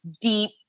deep